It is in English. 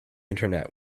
internet